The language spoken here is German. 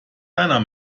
deiner